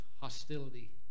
hostility